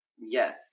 yes